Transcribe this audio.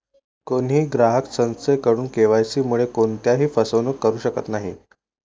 कोणीही ग्राहक संस्थेकडून के.वाय.सी मुळे कोणत्याही फसवणूक करू शकत नाही